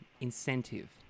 incentive